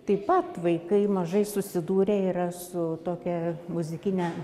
taip pat vaikai mažai susidūrę yra su tokia muzikine